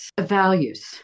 values